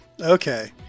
Okay